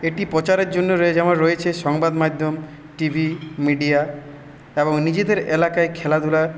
এটি প্রচারের জন্য রয়েছে যেমন রয়েছে সংবাদ মাধ্যম টিভি মিডিয়া এবং নিজেদের এলাকায় খেলাধুলা